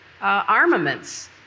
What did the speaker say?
armaments